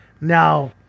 now